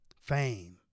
fame